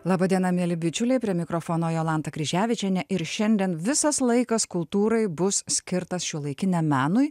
laba diena mieli bičiuliai prie mikrofono jolanta kryževičienė ir šiandien visas laikas kultūrai bus skirtas šiuolaikiniam menui